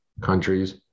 countries